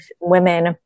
women